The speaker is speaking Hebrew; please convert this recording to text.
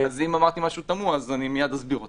אם אמרתי משהו תמוה, אני מיד אסביר אותו.